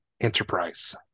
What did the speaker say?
enterprise